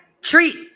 treat